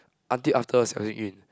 until after Xiao Jing-Yun